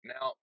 Now